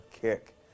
kick